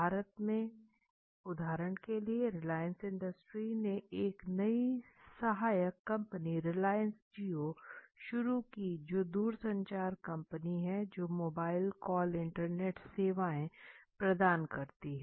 भारत में उदाहरण के लिए रिलायंस इंडस्ट्रीज ने एक नई सहायक कंपनी रिलायंस जियो शुरू की जो दूरसंचार कंपनी है जो मोबाइल कॉल इंटरनेट सेवाएं प्रदान करती हैं